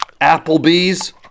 Applebee's